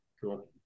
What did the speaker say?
Cool